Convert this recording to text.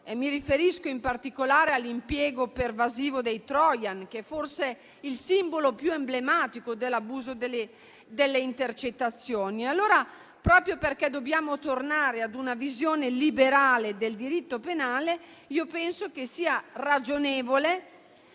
mi riferisco, in particolare, all'impiego pervasivo dei *trojan*, che sono forse il simbolo più emblematico dell'abuso delle intercettazioni. Proprio perché dobbiamo tornare ad una visione liberale del diritto penale, penso che sia ragionevole